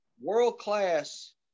World-class